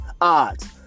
odds